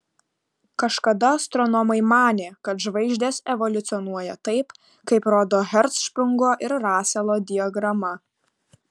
kažkada astronomai manė kad žvaigždės evoliucionuoja taip kaip rodo hercšprungo ir raselo diagrama